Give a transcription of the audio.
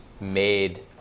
made